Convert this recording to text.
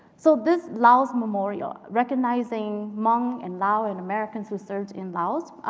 so this laos memorial, recognizing hmong and lao and americans who served in laos,